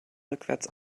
rückwärts